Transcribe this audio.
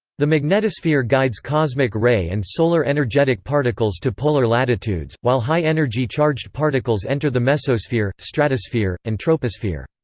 the magnetosphere guides cosmic ray and solar energetic particles to polar latitudes, while high energy charged particles enter the mesosphere, stratosphere, and troposphere.